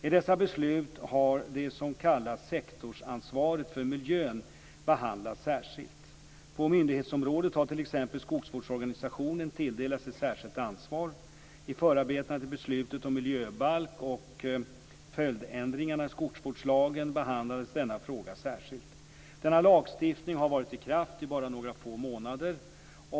I dessa beslut har det som kallas sektorsansvaret för miljön behandlats särskilt. På myndighetsområdet har t.ex. Skogsvårdsorganisationen tilldelats ett särskilt ansvar. I förarbetena till besluten om miljöbalk och följdändringarna i skogsvårdslagen behandlades denna fråga särskilt. Denna lagstiftning har varit i kraft bara några få månader.